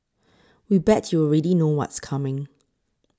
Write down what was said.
we bet you already know what's coming